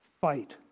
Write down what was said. fight